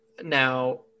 Now